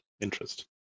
interest